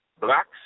Blacks